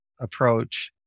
approach